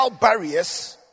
barriers